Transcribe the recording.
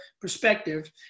perspective